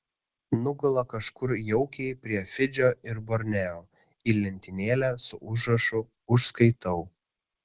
nugula kažkur jaukiai prie fidžio ir borneo į lentynėlę su užrašu užskaitau